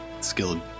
skilled